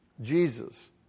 Jesus